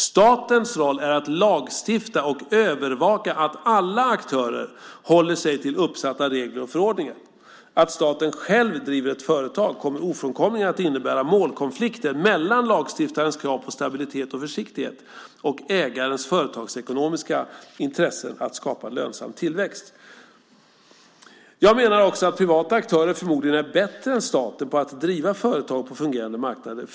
Statens roll är att lagstifta och övervaka att alla aktörer håller sig till uppsatta regler och förordningar. Att staten själv driver ett företag kommer ofrånkomligen att innebära målkonflikter mellan lagstiftarens krav på stabilitet och försiktighet och ägarens företagsekonomiska intressen av att skapa lönsam tillväxt. Jag menar också att privata aktörer förmodligen är bättre än staten på att driva företag på fungerande marknader.